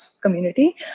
community